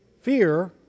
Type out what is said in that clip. Fear